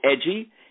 edgy